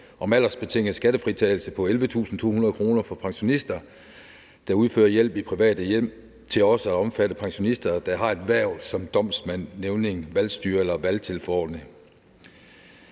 om aldersbetinget skattefritagelse på 11.200 kr. for pensionister, der udfører hjælp i private hjem, til også at omfatte pensionister, der har hverv som domsmand, nævning, valgstyrer eller valgtilforordnet.